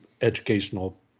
educational